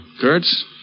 Kurtz